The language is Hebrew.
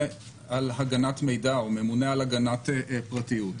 על הגנת מידע או ממונה על הגנת פרטיות.